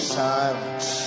silence